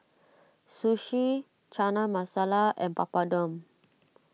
Sushi Chana Masala and Papadum